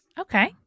Okay